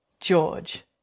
George